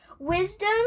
wisdom